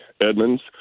Edmonds